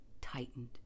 tightened